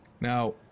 Now